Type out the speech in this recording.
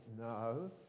No